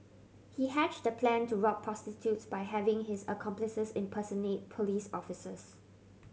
he hatched the plan to rob prostitutes by having his accomplices impersonate police officers